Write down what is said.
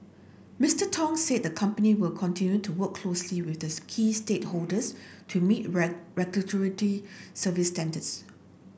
Mister Tong said the company will continue to work closely with this key stakeholders to meet regulatory service standards